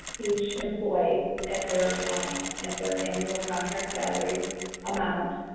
each employee at their at their annual contract salary amount.